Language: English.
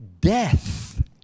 Death